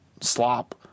slop